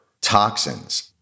toxins